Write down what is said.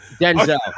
Denzel